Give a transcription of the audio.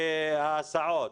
וההסעות.